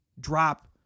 drop